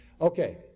Okay